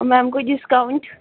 ma'am ਕੋਈ discount